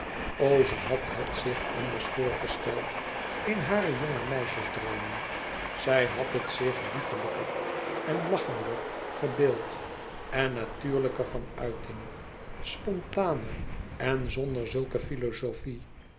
ze had het zich anders voorgesteld in hare jonge meisjes droomen zij had het zich liefelijker en lachender gebeeld en natuurlijker van uiting spontaner en zonder zulke filozofie